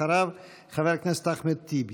אחריו, חבר הכנסת אחמד טיבי.